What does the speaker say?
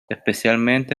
especialmente